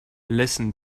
listen